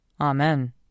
Amen